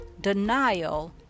denial